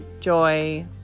joy